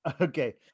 Okay